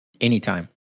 Anytime